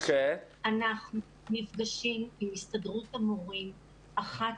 אנחנו נפגשים עם הסתדרות המורים אחת